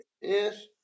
Yes